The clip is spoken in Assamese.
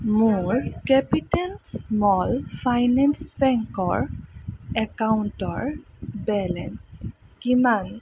মোৰ কেপিটেল স্মল ফাইনেন্স বেংকৰ একাউণ্টৰ বেলেঞ্চ কিমান